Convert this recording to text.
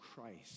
Christ